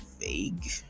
vague